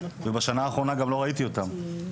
ובשנה האחרונה גם לא ראיתי אותם.